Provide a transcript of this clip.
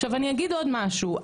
אני אגיד עוד משהו.